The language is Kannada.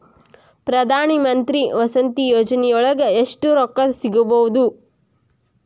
ಪ್ರಧಾನಮಂತ್ರಿ ವಸತಿ ಯೋಜನಿಯೊಳಗ ಎಷ್ಟು ರೊಕ್ಕ ಸಿಗಬೊದು?